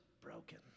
broken